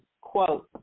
quote